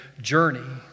journey